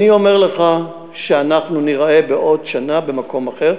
ואני אומר לך שאנחנו נהיה בעוד שנה במקום אחר.